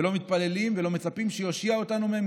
ולא מתפללים ולא מצפים שיושיע אותנו מהן,